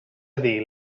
dir